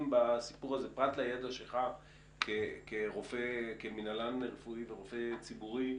פרט לידע שלך כמנהלן רפואי ורופא ציבורי,